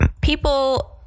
People